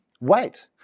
Wait